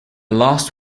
last